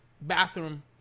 bathroom